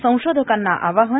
संशोधकांना आवाहन